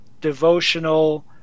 devotional